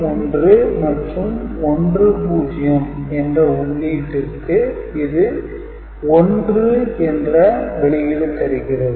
01 மற்றும் 10 என்ற உள்ளீடிற்கு இது 1 என்ற வெளியீடு தருகிறது